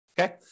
okay